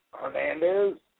Hernandez